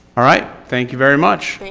all right, thank you very much.